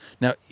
Now